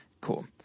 Cool